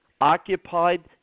occupied